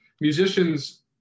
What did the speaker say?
musicians